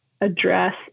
address